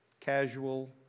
casual